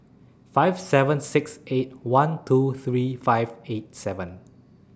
five seven six eight one two three five eight seven